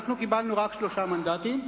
אנחנו קיבלנו רק שלושה מנדטים.